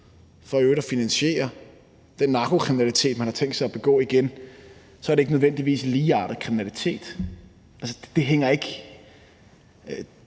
at finansiere den narkokriminalitet, man har tænkt sig at begå igen – så er der ikke nødvendigvis tale om ligeartet kriminalitet. Altså, det hænger ikke